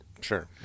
Sure